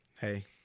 hey